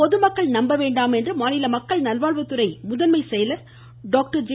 பொதுமக்கள் நம்ப வேண்டாம் என்று மாநில மக்கள் நல்வாழ்வுத்துறை முதன்மை செயலர் டாக்டர் ஜே